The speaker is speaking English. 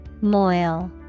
moil